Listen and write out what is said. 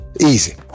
Easy